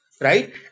right